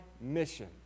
mission